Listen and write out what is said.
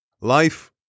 Life